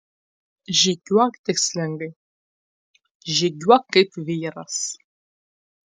žygiuok tikslingai žygiuok kaip vyras